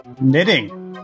knitting